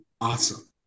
awesome